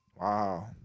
Wow